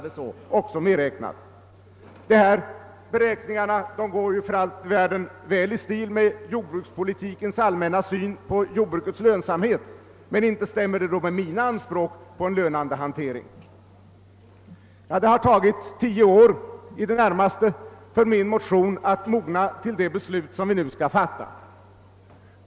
Det går för all del väl i stil med jordbrukspolitikens allmänna syn på jordbrukets lönsamhet, men inte stämmer det med mina anspråk på en lönande hantering. Det har tagit närmare tio år för min motion att mogna till det beslut som vi nu skall fatta.